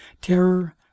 terror